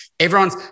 Everyone's